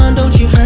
um don't you